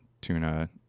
tuna